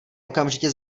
okamžitě